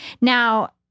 Now